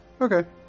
Okay